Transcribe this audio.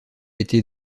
été